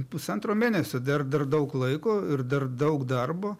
pusantro mėnesio dar dar daug laiko ir dar daug darbo